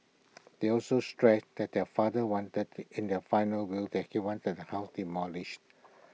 they also stressed that their father want that the in their final will that he wanted the house demolished